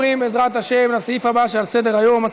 ממשיכים את סדר-היום?